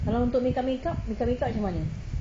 kalau untuk makeup makeup makeup makeup macam mana